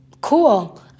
Cool